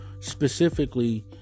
specifically